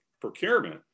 procurement